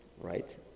right